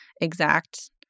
exact